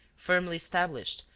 firmly established,